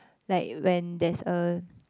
like when there's a